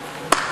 גדול,